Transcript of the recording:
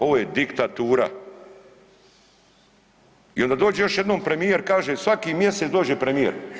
Ovo je diktatura i onda dođe još jednom premijer, kaže svaki mjesec dođe premijer.